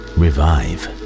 revive